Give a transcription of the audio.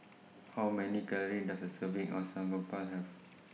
How Many Calories Does A Serving of Samgeyopsal Have